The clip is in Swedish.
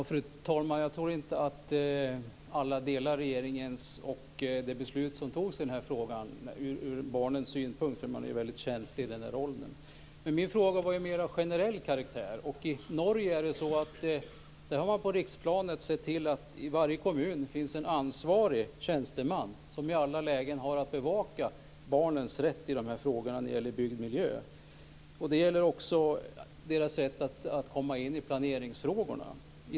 Fru talman! Jag tror inte att alla delar regeringens uppfattning om det beslut som fattades i denna fråga om de betraktar frågan ur barnens synpunkt. Man är väldigt känslig i den åldern. Min fråga var av mer generell karaktär. I Norge har man på riksplanet sett till att det i varje kommun finns en ansvarig tjänsteman som i alla lägen har att bevaka barnens rätt när det gäller byggd miljö. Det gäller också deras rätt att komma in i planeringsfrågorna.